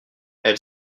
elle